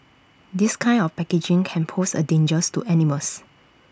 this kind of packaging can pose A dangers to animals